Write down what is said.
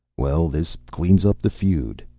well, this cleans up the feud,